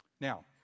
Now